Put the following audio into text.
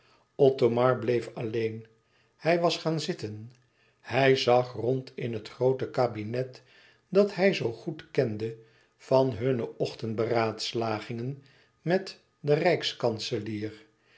othomar bleef alleen hij was gaan zitten hij zag rond in het groote kabinet dat hij zoo goed kende van hunne ochtend beraadslagingen met den